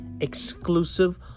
exclusive